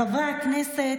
חברי הכנסת,